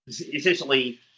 essentially